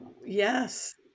yes